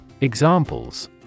Examples